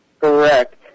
Correct